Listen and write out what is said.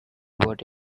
about